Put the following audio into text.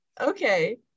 okay